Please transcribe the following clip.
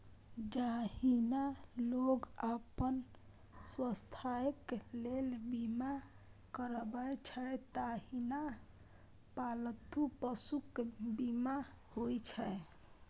जहिना लोग अपन स्वास्थ्यक लेल बीमा करबै छै, तहिना पालतू पशुक बीमा होइ छै